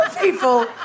people